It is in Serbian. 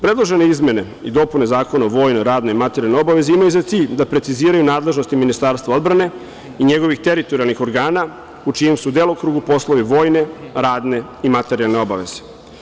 Predložene izmene i dopune Zakona o vojnoj, radnoj i materijalnoj obavezi imaju za cilj da preciziraju nadležnosti Ministarstva odbrane i njegovih teritorijalnih organa u čijem su delokrugu poslovi vojne, radne i materijalne obaveze.